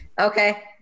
Okay